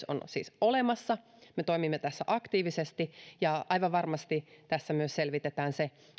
on siis olemassa ja me toimimme tässä aktiivisesti aivan varmasti tässä myös selvitetään se